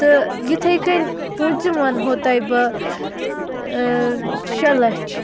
تہٕ یِتھَے کٔنۍ پوٗنژِم ونہو تۄیہِ بہٕ شےٚ لَچھ